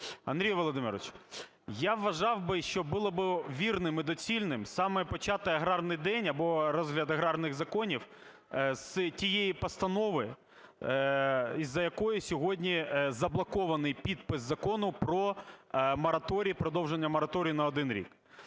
Андрій Володимирович, я вважав би, що було би вірним і доцільним саме почати аграрний день або розгляд аграрних законів, з тієї постанови, з-за якої сьогодні заблокований підпис Закону про мораторій, продовження мораторію на один рік.